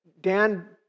Dan